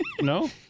no